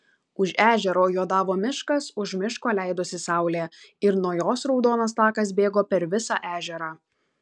už ežero juodavo miškas už miško leidosi saulė ir nuo jos raudonas takas bėgo per visą ežerą